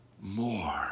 more